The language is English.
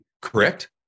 correct